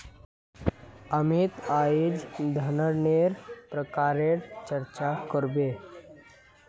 अमित अईज धनन्नेर प्रकारेर चर्चा कर बे